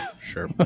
Sure